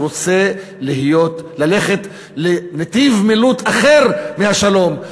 הוא רוצה ללכת לנתיב מילוט אחר מהשלום.